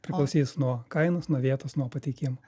priklausys nuo kainos nuo vietos nuo pateikimo